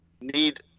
need